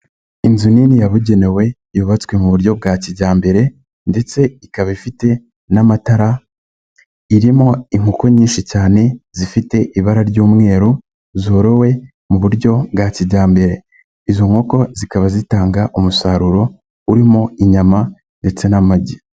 Inzu nini yabugenewe yubatswe mu buryo bwa kijyambere ndetse ikaba ifite n'amatara irimo inkoko nyinshi cyane zifite ibara ry'umweru zorowe mu buryo bwa kijyambere, izo nkoko zikaba zitanga umusaruro urimo inyama ndetse n'amagi.